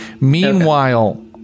Meanwhile